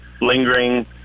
lingering